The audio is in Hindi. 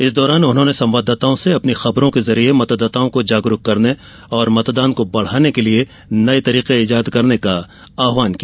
इस दौरान उन्होंने संवाददाताओं से अपनी खबरों के जरिए मतदाताओं को जागरुक करने और मतदान को बढ़ाने के लिए नये तरीके ईजाद करने का आहवान किया